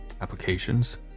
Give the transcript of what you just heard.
applications